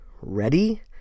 ready